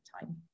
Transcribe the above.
time